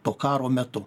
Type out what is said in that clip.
to karo metu